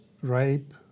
rape